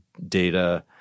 data